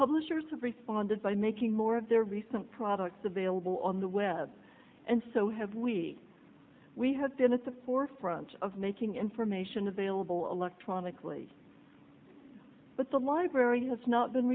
publishers have responded by making more of their recent products available on the web and so have we we have been at the forefront of making information available electronically but the library has not been